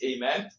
Amen